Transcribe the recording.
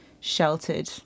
sheltered